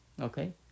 Okay